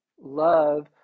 love